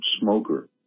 smoker